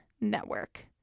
network